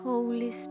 Holy